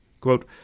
Quote